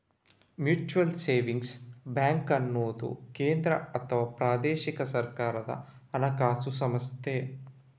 mutual savings bank ಅನ್ನುದು ಕೇಂದ್ರ ಅಥವಾ ಪ್ರಾದೇಶಿಕ ಸರ್ಕಾರದ ಹಣಕಾಸು ಸಂಸ್ಥೆ